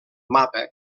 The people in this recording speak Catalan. mapa